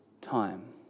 time